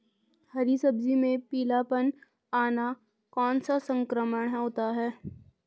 हरी सब्जी में पीलापन आना कौन सा संक्रमण होता है?